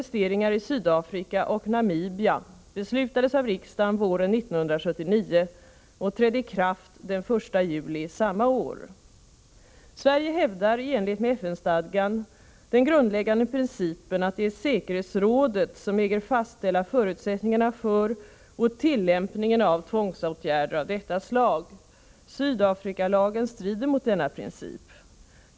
Sverige hävdar, i enlighet med FN-stadgan, den grundläggande principen att det är säkerhetsrådet som äger fastställa förutsättningarna för och tillämpningen av tvångsåtgärder av detta slag. Sydafrikalagen strider mot denna princip.